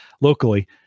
locally